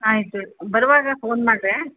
ಆಯಿತು ಬರುವಾಗ ಫೋನ್ ಮಾಡಿರಿ